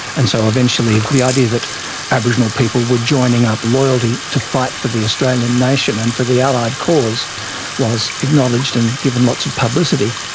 and so eventually the idea that aboriginal people were joining up loyally to fight for the australian nation and for the allied cause was acknowledged and given lots of publicity.